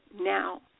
now